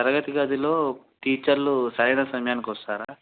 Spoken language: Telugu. తరగతి గదిలో టీచర్లు సరైన సమయానికోస్తారా